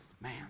Man